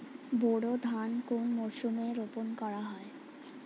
বোরো ধান কোন মরশুমে রোপণ করা হয়?